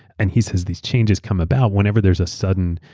and he says these changes come about whenever there's a sudden,